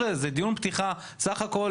זה סך הכול דיון פתיחה של שעתיים,